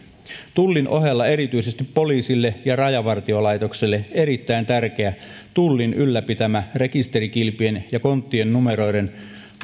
tullin ohella erityisesti poliisille ja rajavartiolaitokselle erittäin tärkeä tullin ylläpitämä rekisterikilpien ja konttien numeroiden